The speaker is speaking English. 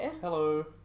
Hello